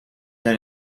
then